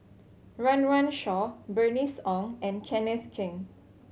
Run Run Shaw Bernice Ong and Kenneth Keng